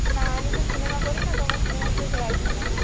না আমি তো সিনেমা করি না তো আমার সিনেমার ড্রেস লাগবে না